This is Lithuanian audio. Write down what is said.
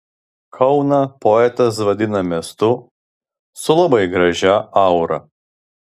kauną poetas vadina miestu su labai gražia aura